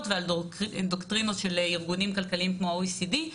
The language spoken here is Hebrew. ועל אנדוקטרינות של ארגונים כלכליים כמו ה-OECD,